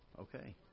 Okay